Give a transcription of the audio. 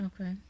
okay